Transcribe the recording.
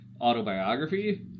autobiography